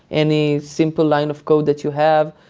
any simple line of code that you have,